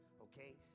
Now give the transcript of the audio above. Okay